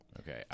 Okay